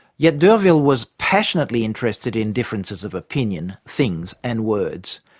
yet d'urville was passionately interested in differences of opinion, things and words.